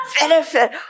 benefit